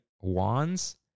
wands